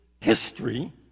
history